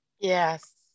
Yes